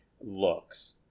looks